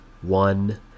One